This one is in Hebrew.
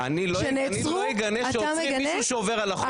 אני לא אגנה שעוצרים מישהו שעובר על החוק.